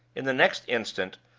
in the next instant,